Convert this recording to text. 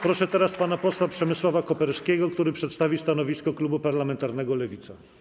Proszę teraz pana posła Przemysława Koperskiego, który przedstawi stanowisko klubu parlamentarnego Lewica.